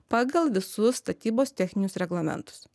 pagal visus statybos techninius reglamentus